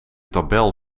tabel